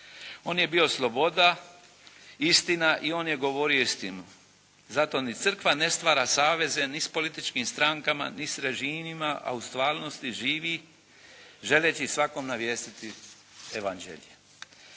On je bio sloboda, istina i on je govorio istinu. Zato ni Crkva ne stvara saveze ni s političkim strankama ni s režimima, a u stvarnosti živi želeći svakom navijestiti Evanđelje.